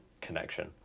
connection